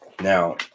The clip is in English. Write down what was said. now